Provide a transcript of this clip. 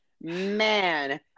Man